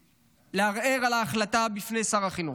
לערער על ההחלטה בפני שר החינוך.